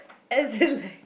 as in like